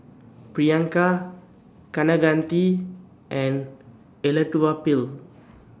Priyanka Kaneganti and Elattuvalapil